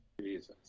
Jesus